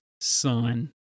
son